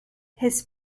his